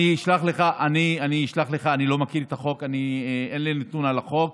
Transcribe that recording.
אני לא מכיר את החוק ואין לי נתון על החוק.